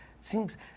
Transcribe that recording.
seems